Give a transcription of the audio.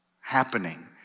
happening